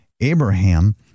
Abraham